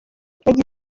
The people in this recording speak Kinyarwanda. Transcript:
yagize